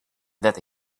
that